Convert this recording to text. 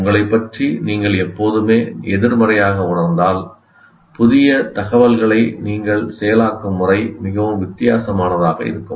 உங்களைப் பற்றி நீங்கள் எப்போதுமே எதிர்மறையாக உணர்ந்தால் புதிய தகவல்களை நீங்கள் செயலாக்கும் முறை மிகவும் வித்தியாசமாக இருக்கும்